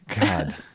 god